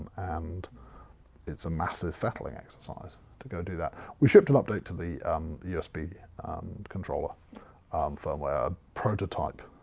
and it's a massive fettling exercise to go do that. we shipped an update to the usb controller firmware. prototype